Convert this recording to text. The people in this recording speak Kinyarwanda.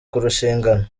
kurushingana